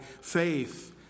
faith